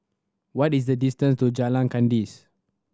what is the distance to Jalan Kandis